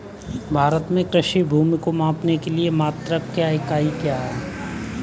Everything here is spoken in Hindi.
भारत में कृषि भूमि को मापने के लिए मात्रक या इकाई क्या है?